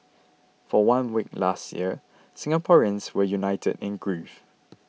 for one week last year Singaporeans were united in grief